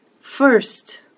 first